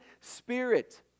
spirit